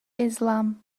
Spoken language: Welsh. islam